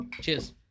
Cheers